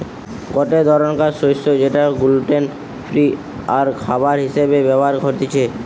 গটে ধরণকার শস্য যেটা গ্লুটেন ফ্রি আরখাবার হিসেবে ব্যবহার হতিছে